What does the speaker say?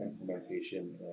implementation